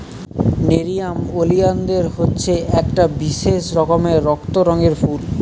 nerium oleander হচ্ছে একটা বিশেষ রকমের রক্ত রঙের ফুল